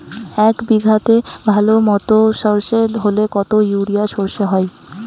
এক বিঘাতে ভালো মতো সর্ষে হলে কত ইউরিয়া সর্ষে হয়?